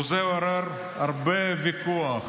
וזה עורר הרבה ויכוח,